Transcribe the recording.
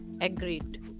Agreed